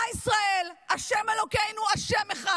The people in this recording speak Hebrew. שמע ישראל השם אלוקינו השם אחד.